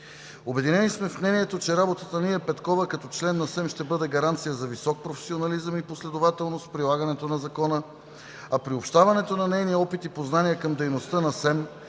Обединени сме в мнението, че работата на Ия Петкова като член на Съвета за електронни медии ще бъде гаранция за висок професионализъм и последователност в прилагането на Закона, а приобщаването на нейния опит и познания към дейността на